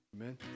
Amen